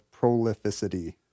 prolificity